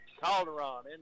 Calderon